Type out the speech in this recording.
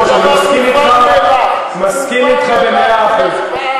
אני חי במדינה דמוקרטית לא מפני שהאחרים לא דמוקרטים או כן דמוקרטים.